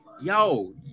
Yo